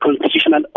constitutional